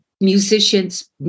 musicians